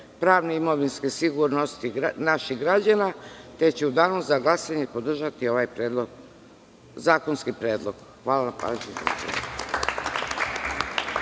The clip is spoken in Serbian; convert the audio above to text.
pravne i imovinske sigurnosti naših građana, te će u danu za glasanje podržati ovaj zakonski predlog. Hvala na pažnji.